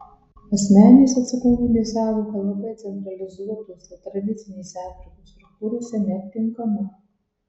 asmeninės atsakomybės sąvoka labai centralizuotose tradicinėse afrikos struktūrose neaptinkama